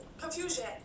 confusion